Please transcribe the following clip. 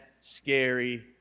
scary